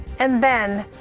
and then,